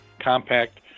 compact